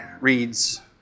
reads